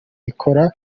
rikora